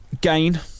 Gain